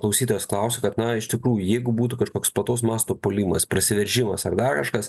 klausytojas klausia kad na iš tikrųjų jeigu būtų kažkoks plataus masto puolimas prasiveržimas ar dar kažkas